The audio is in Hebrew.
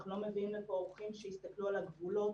אנחנו לא מביאים לפה אורחים שיסתכלו על הגבולות